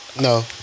no